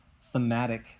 thematic